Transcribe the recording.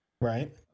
Right